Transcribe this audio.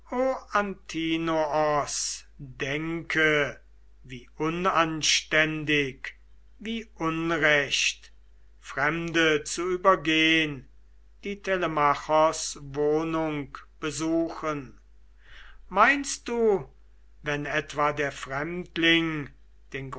denke wie unanständig wie unrecht fremde zu übergehn die telemachos wohnung besuchen meinst du wenn etwa der fremdling den